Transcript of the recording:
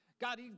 God